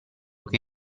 che